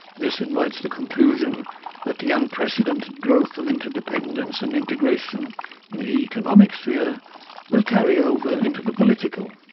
this invites the conclusion that the unprecedented growth of interdependence and integration in the economic sphere will carry over into the political,